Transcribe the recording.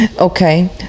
okay